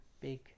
big